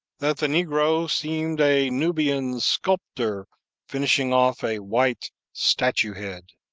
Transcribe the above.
that the negro seemed a nubian sculptor finishing off a white statue-head.